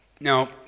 Now